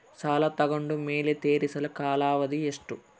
ಸಾಲ ತಗೊಂಡು ಮೇಲೆ ತೇರಿಸಲು ಕಾಲಾವಧಿ ಎಷ್ಟು?